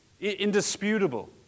indisputable